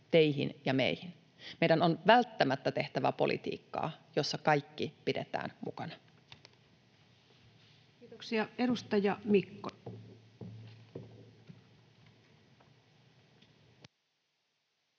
teihin ja meihin. Meidän on välttämättä tehtävä politiikkaa, jossa kaikki pidetään mukana. Kiitoksia. — Edustaja Mikkonen.